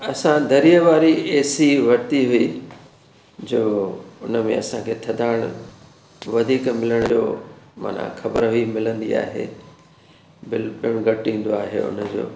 असां दरीअ वारी ए सी वरिती हुई जो उनमें असांखे थधाणि वधीक मिलण जो माना ख़बर हुई मिलंदी आहे बिल पेमेंट घटि ईंदो आहे उनजो